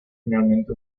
finalmente